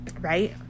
Right